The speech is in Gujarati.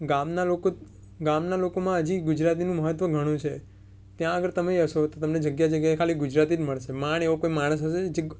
ગામના લોકો ગામના લોકોમાં હજી ગુજરાતીનું મહત્ત્વ ઘણું છે ત્યાં આગળ તમે જશો તો તમને જગ્યા જગ્યાએ ખાલી ગુજરાતી જ મળશે માંડ એવો કોઈ માણસ હશે જે